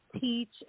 teach